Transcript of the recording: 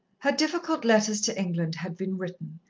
her difficult letters to england had been written.